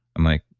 i'm like,